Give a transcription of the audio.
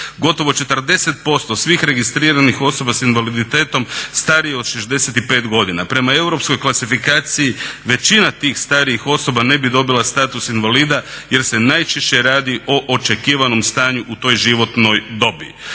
Gotovo 40% svih registriranih osoba s invaliditetom starije od 65 godina. Prema europskoj kvalifikaciji većina tih starijih osoba ne bi dobila status invalida jer se najčešće radi o očekivanom stanju u toj životnoj dobi.